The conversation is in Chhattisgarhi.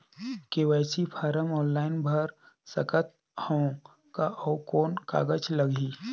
के.वाई.सी फारम ऑनलाइन भर सकत हवं का? अउ कौन कागज लगही?